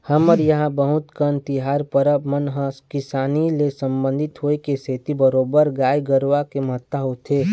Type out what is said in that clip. हमर इहाँ बहुत कन तिहार परब मन ह किसानी ले संबंधित होय के सेती बरोबर गाय गरुवा के महत्ता होथे